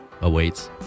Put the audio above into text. awaits